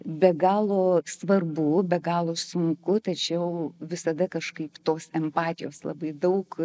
be galo svarbu be galo sunku tačiau visada kažkaip tos empatijos labai daug